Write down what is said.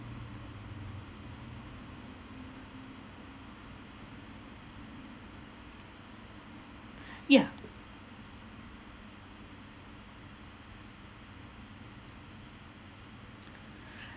ya